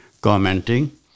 commenting